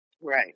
Right